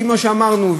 כמו שאמרנו,